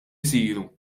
isiru